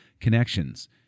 connections